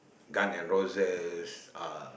gun and roses